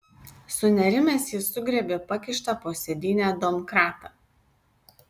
sunerimęs jis sugriebė pakištą po sėdyne domkratą